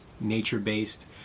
nature-based